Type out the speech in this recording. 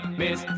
miss